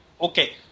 Okay